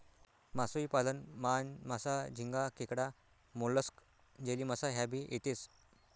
मासोई पालन मान, मासा, झिंगा, खेकडा, मोलस्क, जेलीमासा ह्या भी येतेस